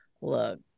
Look